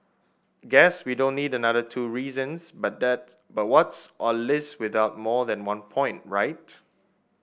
guess we don't need another two reasons but that but what's a list without more than one point right